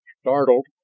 Startled